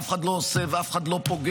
אף אחד לא עושה ואף אחד לא פוגע.